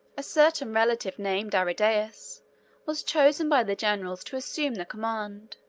a certain relative named aridaeus was chosen by the generals to assume the command.